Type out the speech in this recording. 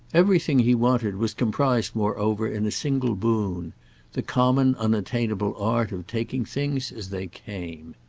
everything he wanted was comprised moreover in a single boon the common unattainable art of taking things as they came.